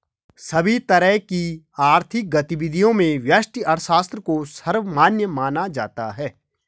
सभी तरह की आर्थिक गतिविधियों में व्यष्टि अर्थशास्त्र को सर्वमान्य माना जाता है